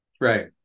Right